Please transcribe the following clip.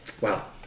Wow